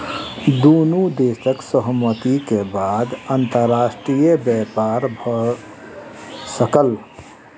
दुनू देशक सहमति के बाद अंतर्राष्ट्रीय व्यापार भ सकल